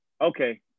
okay